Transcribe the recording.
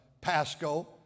Pasco